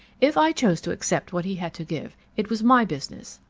if i chose to accept what he had to give, it was my business.